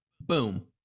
boom